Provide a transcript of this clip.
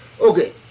Okay